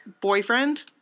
boyfriend